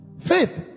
Faith